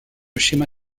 schéma